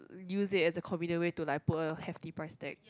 use it as a convenient way to like put a hefty price tag